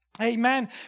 Amen